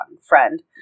friend